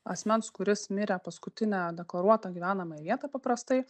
asmens kuris mirė paskutinę deklaruotą gyvenamąją vietą paprastai